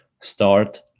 start